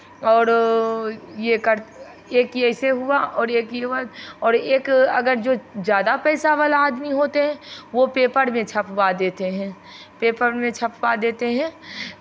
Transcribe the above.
और ये एक ये ऐसे हुआ और एक ये हुआ और एक अगर जो ज़्यादा पैसा वाला आदमी होते हैं वो पेपर में छपवा देते हैं पेपर में छपवा देते हैं